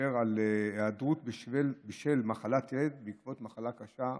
שדיבר על היעדרות בשל מחלת ילד בעקבות מחלה קשה.